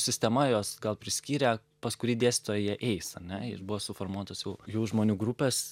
sistema juos gal priskyrę pas kurį dėstytoją jie eis ane ir buvo suformuotos jau jų žmonių grupės